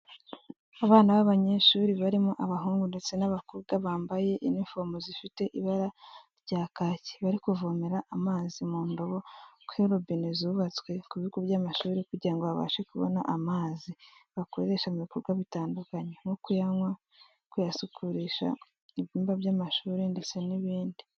Abana b'abanyeshuri barimo abahungu ndetse n'abakobwa, bambaye ifomo zifite ibara rya kaki, bari kuvomera amazi mu ndobo kuri robine zubatswe ku bigo by'amashuri kugira ngo babashe kubona amazi, bakoresha mu bikorwa bitandukanye nko kuyanywa kuyasukurisha ibyumba by'amashuri ndetse n'ibindi.